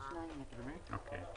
6 נגד 2 נמנעים אין אושר.